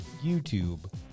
YouTube